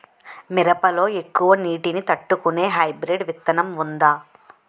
మిరప లో ఎక్కువ నీటి ని తట్టుకునే హైబ్రిడ్ విత్తనం వుందా?